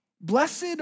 Blessed